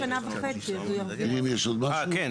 אה, כן.